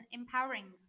empowering